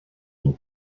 nos